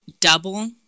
double